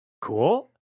cool